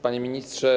Panie Ministrze!